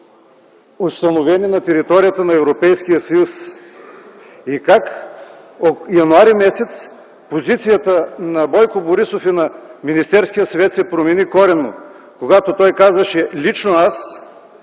установени на територията на Европейския съюз и как от януари месец позицията на Бойко Борисов и на Министерския съвет се промени коренно, когато той казваше: лично аз